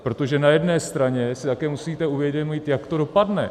Protože na jedné straně si také musíte uvědomit, jak to dopadne.